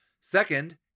Second